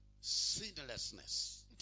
sinlessness